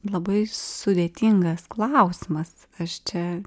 labai sudėtingas klausimas aš čia